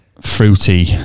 fruity